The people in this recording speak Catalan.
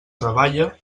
treballa